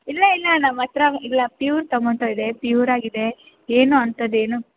ಇಲ್ಲ ಇಲ್ಲ ನಮ್ಮತ್ತಿರ ಇಲ್ಲ ಪ್ಯೂರ್ ಟಮೊಟೊ ಇದೆ ಪ್ಯೂರ್ ಆಗಿದೆ ಏನು ಅಂತದ್ದು ಏನು